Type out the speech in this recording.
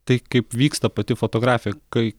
tai kaip vyksta pati fotografija kai